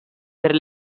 per